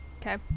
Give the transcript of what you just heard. Okay